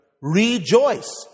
rejoice